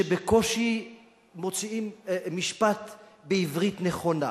שבקושי מוציאים משפט בעברית נכונה,